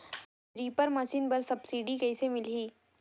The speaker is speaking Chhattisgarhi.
रीपर मशीन बर सब्सिडी कइसे मिलही?